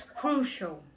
crucial